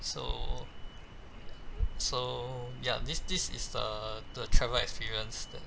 so so ya this this is the the travel experience that